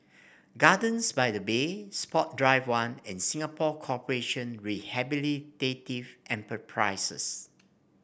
Gardens by the Bay Sports Drive One and Singapore Corporation Rehabilitative Enterprises